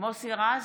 מוסי רז,